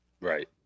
Right